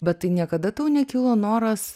bet tai niekada tau nekilo noras